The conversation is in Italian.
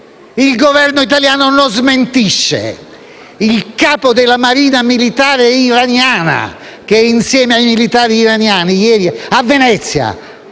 il Governo italiano non smentisce il capo della marina militare iraniana, che, insieme ai militari iraniani, ieri a Venezia